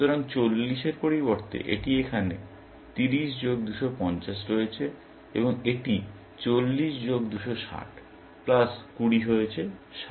সুতরাং 40 এর পরিবর্তে এটি এখানে 30 যোগ 250 হয়েছে এবং এটি 40 যোগ 260 প্লাস 20 হয়েছে 60